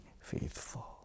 faithful